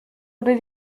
oder